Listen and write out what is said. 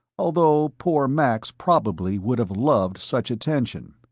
although poor max probably would have loved such attention.